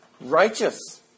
righteous